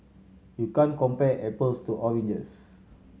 you can't compare apples to oranges